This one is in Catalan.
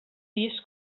vist